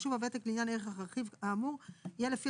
חישוב הוותק לעניין ערך הרכיב האמור יהיה לפי